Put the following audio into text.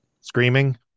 Screaming